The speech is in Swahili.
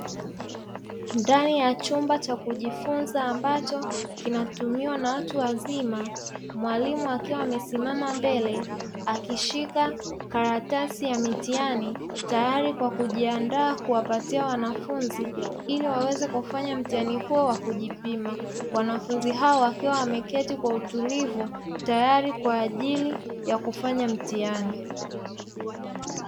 Ndani ya chumba cha kujifunza, ambacho kinatumiwa na watu wazima. Mwalimu akiwa amesimama mbele, akishika karatasi ya mitihani, tayari kwa kujiandaa kuwapatia wanafunzi ili waweze kufanya mtihani huo wa kujipima. Wanafunzi hao wakiwa wameketi kwa utulivu, tayari kwa ajili ya kufanya mtihani.